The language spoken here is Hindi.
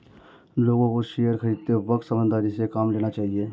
लोगों को शेयर खरीदते वक्त समझदारी से काम लेना चाहिए